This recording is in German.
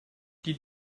die